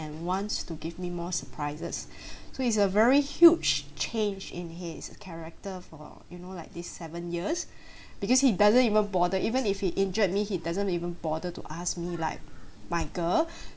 and wants to give me more surprises so it's a very huge change in his character for you know like this seven years because he doesn't even bother even if he injured me he doesn't even bother to ask me like my girl